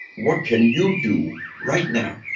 what can you do right now?